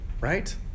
right